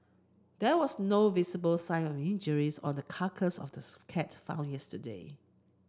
there was no visible sign of injuries on the carcass cat found yesterday